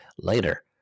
Later